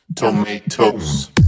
Tomatoes